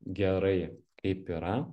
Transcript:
gerai kaip yra